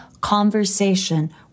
conversation